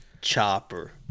Chopper